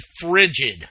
frigid